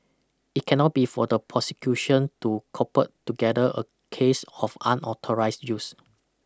it cannot be for the prosecution to cobble together a case of unauthorised use